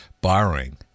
borrowing